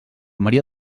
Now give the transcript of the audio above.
maria